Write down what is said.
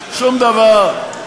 שום דבר.